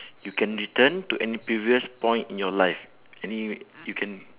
you can return to any previous point in your life any you can